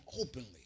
openly